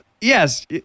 Yes